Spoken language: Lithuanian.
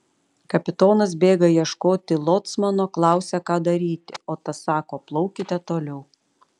kapitonas bėga ieškoti locmano klausia ką daryti o tas sako plaukite toliau